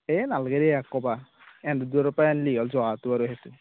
এই নালগে দে ইয়াক ক'বা ইহঁত দুইৰ পৰা আনিলে হ'ল জহাটো আৰু সেইটো